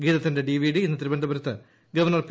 ഗീതത്തിന്റെ DVD ഇന്ന് തിരുവന്ന്ട്പു്രത്ത് governor P